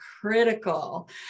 critical